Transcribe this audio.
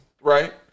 right